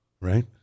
Right